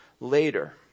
later